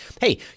hey